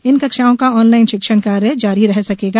इन कक्षाओं का ऑनलाइन शिक्षण कार्य जारी रह सकेगा